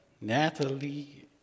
Natalie